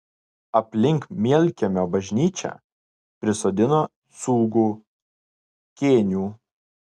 aplink mielkiemio bažnyčią prisodino cūgų kėnių